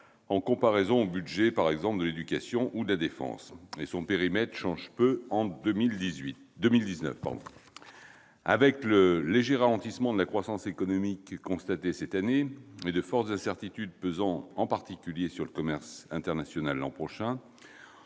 en comparaison avec les budgets, par exemple, de l'éducation ou de la défense, et son périmètre change peu par rapport à 2018. Avec le léger ralentissement de la croissance économique constaté cette année et de fortes incertitudes pesant en particulier sur le commerce international l'an prochain,